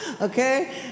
okay